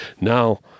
now